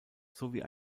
sowie